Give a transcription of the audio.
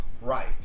right